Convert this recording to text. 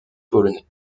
polonais